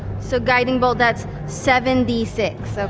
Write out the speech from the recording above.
so guiding bolt, that's seven d six. so